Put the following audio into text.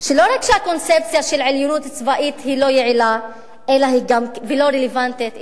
שלא רק שהקונספציה של עליונות צבאית לא יעילה ולא רלוונטית,